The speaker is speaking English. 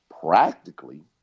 practically